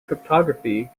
cryptography